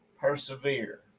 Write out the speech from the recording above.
persevere